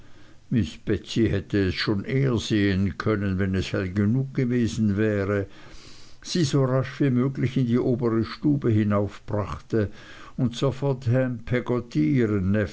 hätte es schon eher sehen können wenn es hell genug gewesen wäre sie so rasch wie möglich in die obere stube hinaufbrachte und sofort ham peggotty ihren